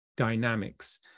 dynamics